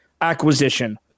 acquisition